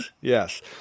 yes